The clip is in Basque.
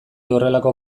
horrelako